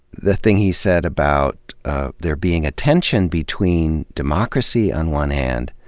the thing he said about there being a tension between democracy, on one hand,